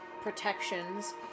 protections